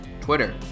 Twitter